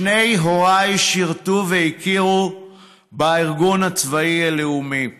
שני הוריי שירתו והכירו בארגון הצבאי הלאומי,